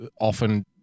often